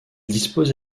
dispose